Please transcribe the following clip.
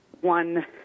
one